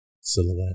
silhouette